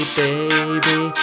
baby